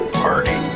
party